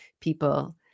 people